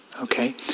Okay